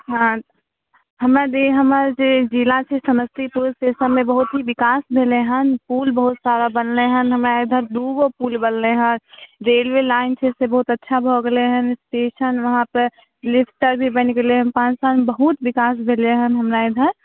हँ हमर जे हमर जे जिला छै समस्तीपुर से सबमे बहुत ही विकास भेलै हँ पुल बहुत सारा बनलै हँ हमरा इधर दू गो पुल बनलै हँ रेलवे लाइन छै से बहुत अच्छा भऽ गेलै हँ स्टेशन वहाँपर लिफ्ट आओर भी बनि गेलै हँ पाँच सालमे बहुत विकास भेले हइ हमरा इधर